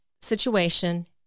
situation